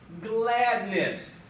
gladness